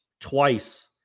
twice